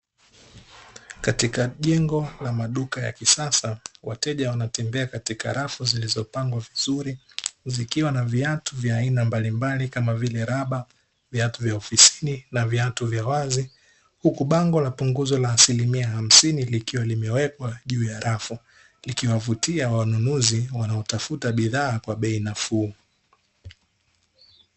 Katika jengo la maduka ya kisasa wateja wanatembea katika rafu zilizopangwa vizuri, zikiwa na viatu vya aina mbalimbali kama vile raba, vaitu vya ofisini na viatu vya wazi, huku bango la punguzo la asilimia hamsini likiwa limewekwa juu ya rafu likiwavutia wanunuzi wanaotafuta bidhaa kwa bei nafuu.